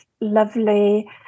lovely